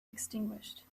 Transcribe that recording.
extinguished